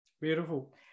beautiful